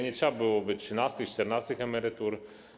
Nie trzeba byłoby trzynastych, czternastych emerytur.